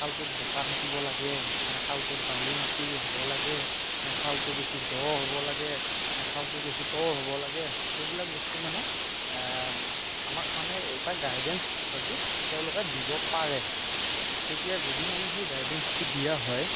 খালটোত বোকা থাকিব লাগে নে খালটোত বালি মাটিৰ হ'ব লাগে নে খালটো দ বেছি হ'ব লাগে নে খালটো তল বেছি হ'ব লাগে সেইবিলাক বস্তু মানে আমাক মানে এটা গাইডেঞ্চ হয়তু দিব পাৰে তেতিয়া যদি মানে সেই গাইডেঞ্চটো দিয়া হয়